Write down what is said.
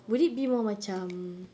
would it be more macam